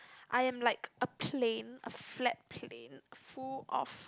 I am like a plane a flat plane full of